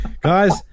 Guys